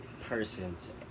persons